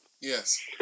Yes